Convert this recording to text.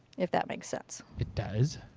if that makes sense. it does.